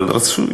אבל רצוי,